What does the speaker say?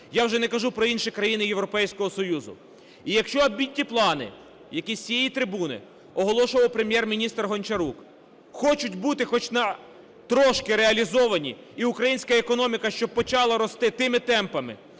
я вже не кажу про інші країни Європейського Союзу. І якщо амбітні плани, які з цієї трибуни оголошував Прем'єр-міністр Гончарук, хочуть бути хоч на трошки реалізовані і українська економіка щоб почала рости тими темпами,